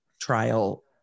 trial